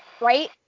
right